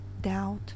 doubt